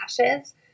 lashes